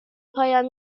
پایان